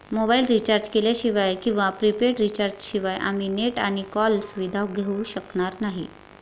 mobile recharge केल्याशिवाय किंवा prepaid recharge शिवाय आम्ही नेट आणि कॉल सुविधा घेऊ शकणार नाही